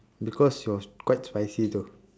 because it was quite spicy though